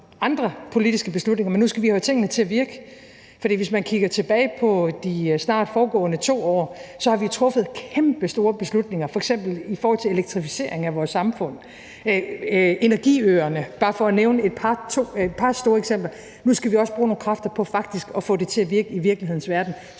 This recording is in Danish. andre politiske beslutninger, nemlig at vi skal have tingene til at virke. For hvis man kigger tilbage på de snart foregående to år, har vi truffet kæmpestore beslutninger, f.eks. i forhold til elektrificering af vores samfund og energiøerne. Det er bare for et nævne et par store beslutninger, og nu skal vi også bruge nogle kræfter på faktisk at få det til at virke i virkelighedens verden,